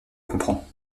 comprends